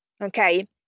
Okay